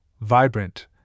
vibrant